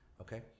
okay